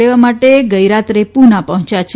લેવા માટે ગઇરાત્રે પુના આવી પહોચ્યા છે